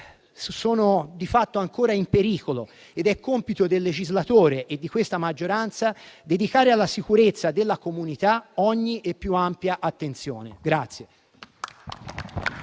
sono di fatto ancora in pericolo. È compito del legislatore e di questa maggioranza dedicare alla sicurezza della comunità ogni e più ampia attenzione.